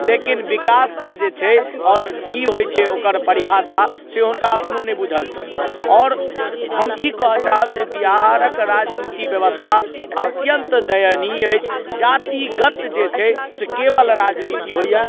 लेकिन विकासके जे छै आओर की होइ छै ओकर परिभाषा से हुनका अपनो नहि बुझल छन्हि आओर हम ई कहऽ चाहब जे बिहारक राजनीतिक व्यवस्था अत्यन्त दयनीय अछि जातिगत जे छै से केवल राजनीति होइए